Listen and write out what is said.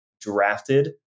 drafted